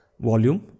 volume